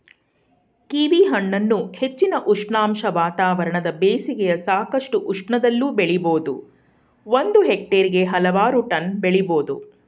ಕೀವಿಹಣ್ಣನ್ನು ಹೆಚ್ಚಿನ ಉಷ್ಣಾಂಶ ವಾತಾವರಣದ ಬೇಸಿಗೆಯ ಸಾಕಷ್ಟು ಉಷ್ಣದಲ್ಲೂ ಬೆಳಿಬೋದು ಒಂದು ಹೆಕ್ಟೇರ್ಗೆ ಹಲವಾರು ಟನ್ ಬೆಳಿಬೋದು